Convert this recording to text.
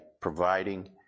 providing